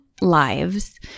lives